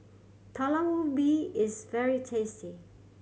Talam Ubi is very tasty